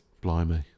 Blimey